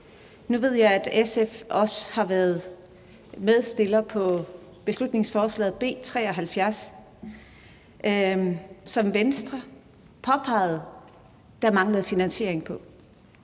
Nu ved jeg, at SF også har været medfremsætter på beslutningsforslag nr. B 73, som Venstre påpegede der manglede finansiering til.